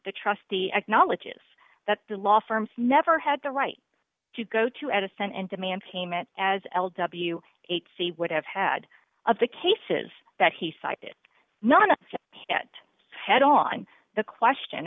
the trustee acknowledges that the law firms never had the right to go to edison and demand payment as l w h c would have had of the cases that he cited none of it had on the question